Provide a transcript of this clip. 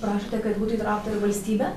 prašote kad būtų įtraukta ir valstybė